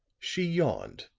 she yawned,